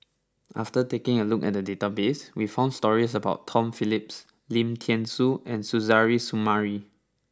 after taking a look at the database we found stories about Tom Phillips Lim Thean Soo and Suzairhe Sumari